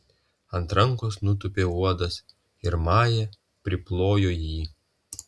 ant rankos nutūpė uodas ir maja priplojo jį